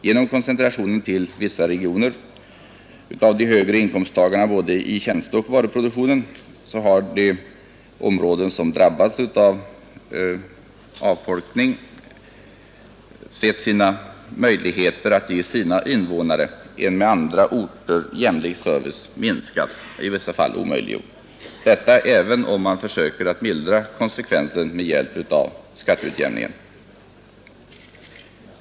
Genom koncentrationen till vissa regioner av de högre inkomsttagarna i både tjänsteoch varuproduktionen har de drabbade områdenas möjligheter att ge sina invånare en med andra orter jämlik service minskats eller i vissa fall helt försvunnit, och detta även om man försökt mildra konsekvenserna genom skatteutjämning.